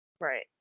Right